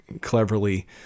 cleverly